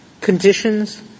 conditions